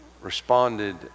responded